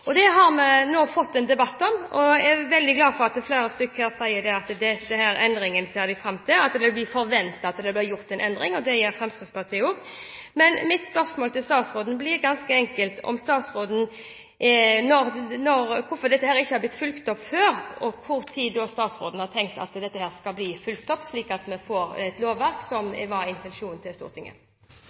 dette. Det har vi nå fått en debatt om. Jeg er veldig glad for at flere sier at de ser fram til denne endringen, og at de forventer at det blir foretatt en endring. Det gjør Fremskrittspartiet også. Mitt spørsmål til statsråden blir ganske enkelt: Hvorfor har dette ikke blitt fulgt opp før, og når har statsråden tenkt at dette skal bli fulgt opp, slik at vi får et lovverk som var intensjonen til Stortinget?